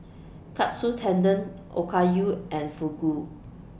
Katsu Tendon Okayu and Fugu